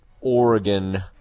Oregon